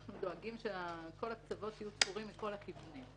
אנחנו דואגים שכל הקצוות יהיו תפורים מכל הכיוונים.